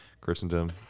Christendom